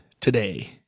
today